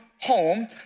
home